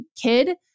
kid